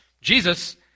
Jesus